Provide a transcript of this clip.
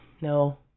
no